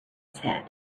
said